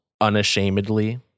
unashamedly